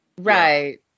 Right